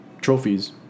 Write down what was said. trophies